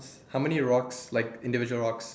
how many rocks like individual rocks